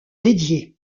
dédié